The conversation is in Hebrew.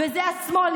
וזה השמאל,